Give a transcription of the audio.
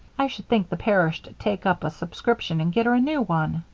i should think the parish'd take up a subscription and get her a new one.